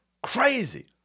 Crazy